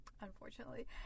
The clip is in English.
unfortunately